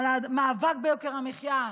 מאבק ביוקר המחיה.